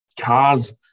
cars